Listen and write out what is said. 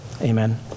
amen